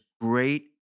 great